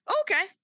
Okay